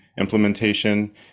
implementation